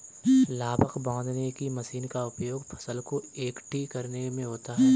लावक बांधने की मशीन का उपयोग फसल को एकठी करने में होता है